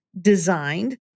designed